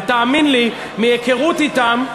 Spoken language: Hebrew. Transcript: ותאמין לי, מהיכרות אתם,